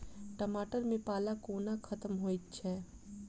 टमाटर मे पाला कोना खत्म होइ छै?